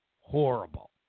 horrible